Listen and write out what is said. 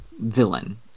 villain